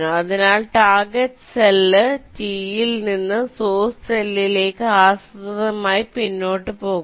അതിനാൽ target cell Tയിൽ നിന്ന് സോഴ്സ് സെല്ലിലേക്ക് ആസൂത്രിതമായി പിന്നോട്ട് പോകുന്നു